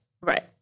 Right